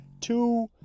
two